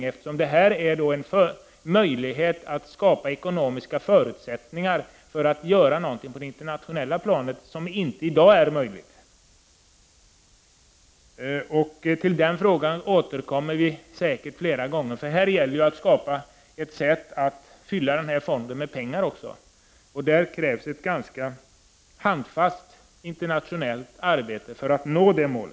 En internationell miljöfond skulle nämligen ge möjlighet för oss att skapa ekonomiska förutsättningar för att göra något på det internationella området som i dag inte är möjligt. Vi återkommer säkert till denna fråga fler gånger. Det gäller ju att fylla denna fond med pengar också. Det krävs ett ganska handfast internationellt arbete för att nå detta mål.